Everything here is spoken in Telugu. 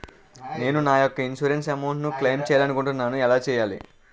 నేను నా యెక్క ఇన్సురెన్స్ అమౌంట్ ను క్లైమ్ చేయాలనుకుంటున్నా ఎలా చేయాలి?